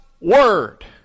word